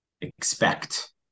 expect